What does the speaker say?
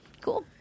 cool